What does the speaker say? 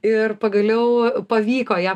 ir pagaliau pavyko ją